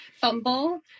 fumble